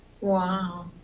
Wow